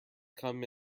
come